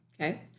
Okay